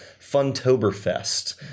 Funtoberfest